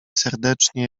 serdecznie